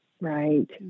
Right